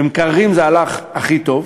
לגבי מקררים זה הלך הכי טוב,